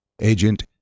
agent